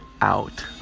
out